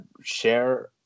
Share